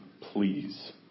please